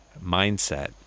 mindset